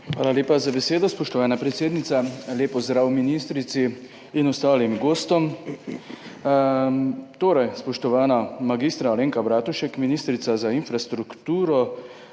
Hvala lepa za besedo, spoštovana predsednica. Lep pozdrav ministrici in ostalim gostom! Spoštovana mag. Alenka Bratušek, ministrica za infrastrukturo,